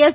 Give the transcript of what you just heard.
S